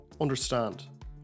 understand